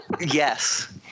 Yes